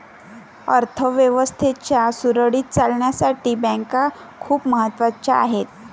अर्थ व्यवस्थेच्या सुरळीत चालण्यासाठी बँका खूप महत्वाच्या आहेत